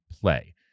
play